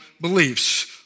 beliefs